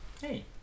hey